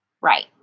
Right